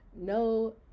No